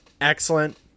excellent